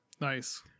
Nice